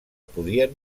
podien